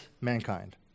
mankind